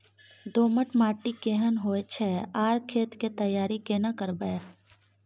दोमट माटी केहन होय छै आर खेत के तैयारी केना करबै?